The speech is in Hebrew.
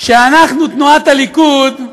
שאנחנו, תנועת הליכוד,